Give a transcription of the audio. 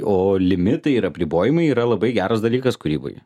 o limitai ir apribojimai yra labai geras dalykas kūryboj